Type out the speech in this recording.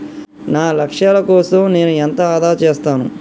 నా లక్ష్యాల కోసం నేను ఎంత ఆదా చేస్తాను?